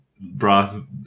broth